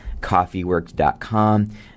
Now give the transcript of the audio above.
coffeeworks.com